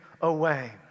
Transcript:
away